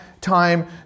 time